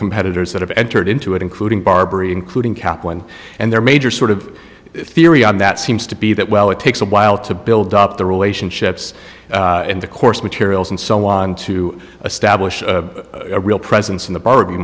competitors that have entered into it including barbary including kaplan and their major sort of theory on that seems to be that well it takes a while to build up the relationships in the course materials and so on to establish a real presence in the b